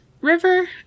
River